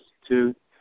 Institute